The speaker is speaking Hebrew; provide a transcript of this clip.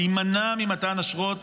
להימנע ממתן אשרות